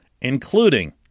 including